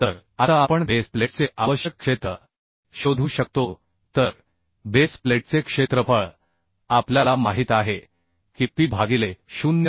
तर आता आपण बेस प्लेटचे आवश्यक क्षेत्र शोधू शकतो तर बेस प्लेटचे क्षेत्रफळ आपल्याला माहित आहे की P भागिले 0 आहे